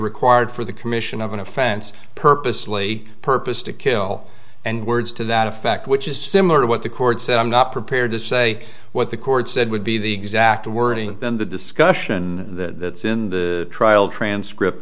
required for the commission of an offense purposely purpose to kill and words to that effect which is similar to what the court said i'm not prepared to say what the court said would be the exact wording in the discussion that in the trial transcript